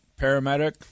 paramedic